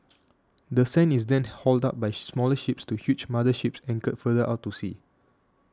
the sand is then hauled up by smaller ships to huge mother ships anchored further out to sea